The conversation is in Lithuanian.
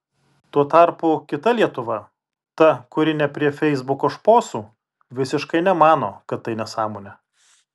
tuo tarpu kita lietuva ta kuri ne prie feisbuko šposų visiškai nemano kad tai nesąmonė